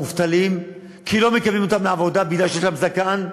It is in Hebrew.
מובטלים כי לא מקבלים אותם לעבודה בגלל שיש להם זקן?